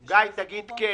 גיא, תגיד כן.